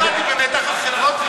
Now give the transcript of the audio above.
לא הבנתי באמת איך החברות,